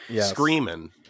screaming